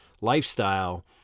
lifestyle